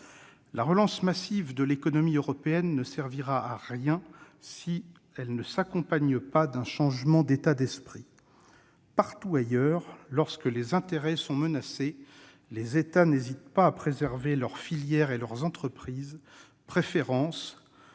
La relance massive de l'économie européenne ne servira à rien si elle ne s'accompagne pas d'un changement d'état d'esprit. Partout ailleurs, lorsque les intérêts sont menacés, les États n'hésitent pas à préserver leurs filières et leurs entreprises : préférences,